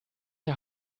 der